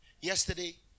Yesterday